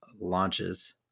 launches